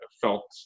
felt